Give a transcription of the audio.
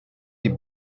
die